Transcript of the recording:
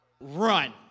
Run